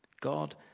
God